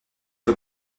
peu